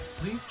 Please